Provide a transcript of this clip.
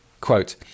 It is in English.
Quote